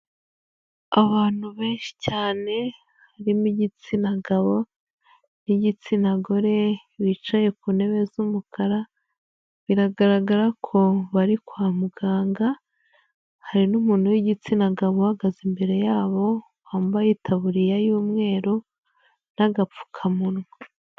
Abantu benshi cyane harimo igitsina gabo n'igitsina gore bicaye ku ntebe z'umukara, biragaragara ko bari kwa muganga, hari n'umuntu w'igitsina gabo uhagaze imbere yabo wambaye itaburiya y'umweru n'agapfukamunwa.